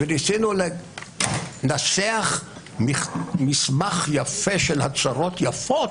וניסינו לנסח מסמך יפה של הצהרות יפות?